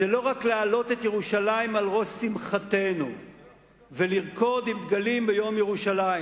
לא רק להעלות את ירושלים על ראש שמחתנו ולרקוד עם דגלים ביום ירושלים.